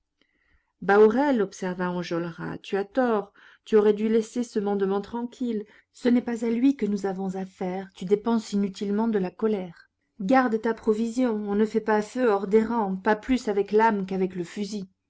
bahorel bahorel observa enjolras tu as tort tu aurais dû laisser ce mandement tranquille ce n'est pas à lui que nous avons affaire tu dépenses inutilement de la colère garde ta provision on ne fait pas feu hors des rangs pas plus avec l'âme qu'avec le fusil